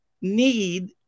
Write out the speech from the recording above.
need